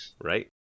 Right